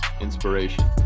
inspiration